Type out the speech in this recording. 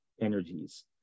energies